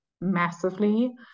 massively